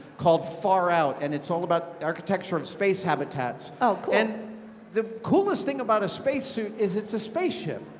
called far out. and it's all about the architecture of space habitats. oh, cool. and the coolest thing about a spacesuit is it's a spaceship.